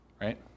right